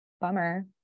bummer